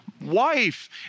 wife